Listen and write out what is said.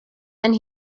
and